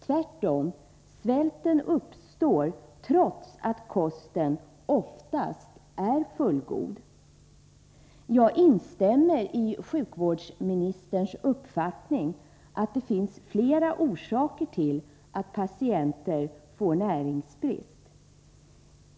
Tvärtom, svälten uppstår trots att kosten oftast är fullgod. Jag instämmer i sjukvårdsministerns uppfattning att det finns flera orsaker till att patienter får näringsbrist.